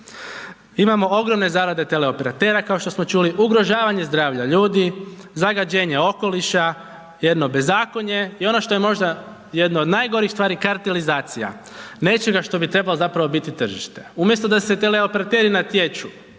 Imamo ogromne zarade teleoperatera kao što smo čuli, ugrožavanje zdravlja ljudi, zagađenje okoliša, jedno bezakonje i ono što je možda jedno od najgorih stvari, kartelizacija nečega što bi trebalo zapravo biti tržište. Umjesto da se teleoperateri natječu,